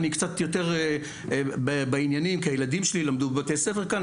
אני קצת יותר בעניינים כי הילדים שלי למדו בבתי ספר כאן,